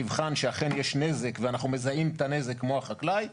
יבחן שאכן יש נזק ואנחנו מזהים את הנזק כמו החקלאי,